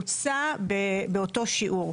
בממוצע, באותו שיעור.